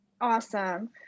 Awesome